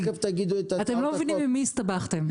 אתם לא מבינים עם מי הסתבכתם.